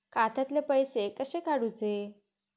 खात्यातले पैसे कसे काडूचे?